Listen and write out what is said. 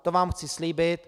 To vám chci slíbit.